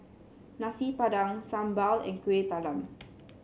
Nasi Padang sambal and Kuih Talam